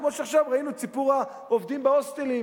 כמו שעכשיו ראינו את סיפור העובדים בהוסטלים,